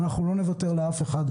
אנחנו לא נוותר לאף אחד.